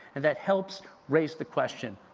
and that helps raise the question,